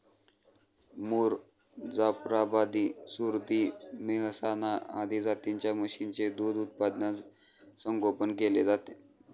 मुर, जाफराबादी, सुरती, मेहसाणा आदी जातींच्या म्हशींचे दूध उत्पादनात संगोपन केले जाते